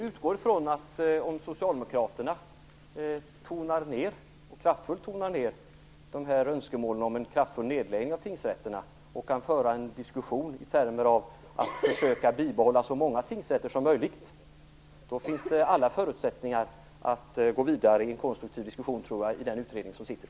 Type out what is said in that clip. Herr talman! Om socialdemokraterna kraftfullt tonar ned önskemålen om en nedläggning av tingsrätterna och kan föra en diskussion i termer av att försöka behålla så många tingsrätter som möjligt, tror jag att det finns alla förutsättningar att gå vidare i en konstruktiv diskussion i den sittande utredningen.